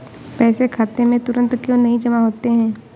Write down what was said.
पैसे खाते में तुरंत क्यो नहीं जमा होते हैं?